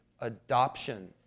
adoption